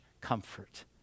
comfort